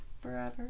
forever